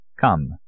Come